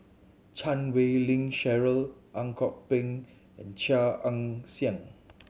Chan Wei Ling Cheryl Ang Kok Peng and Chia Ann Siang